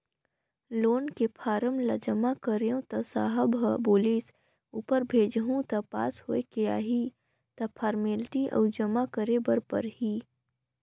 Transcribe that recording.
loan के form ल जमा करेंव त साहब ह बोलिस ऊपर भेजहूँ त पास होयके आही त फारमेलटी अउ जमा करे बर परही